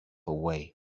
away